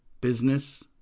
business